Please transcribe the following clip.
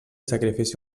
sacrifici